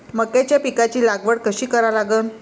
मक्याच्या पिकाची लागवड कशी करा लागन?